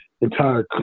entire